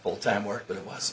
full time work but it was